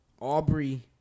Aubrey